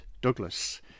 Douglas